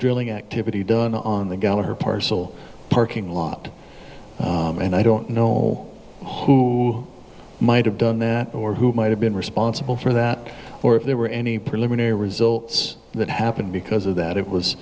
drilling activity done on the gallaher parcel parking lot and i don't know who might have done that or who might have been responsible for that or if there were any preliminary results that happened because of that it was